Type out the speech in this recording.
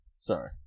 Sorry